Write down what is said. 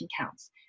counts